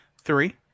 Three